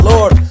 Lord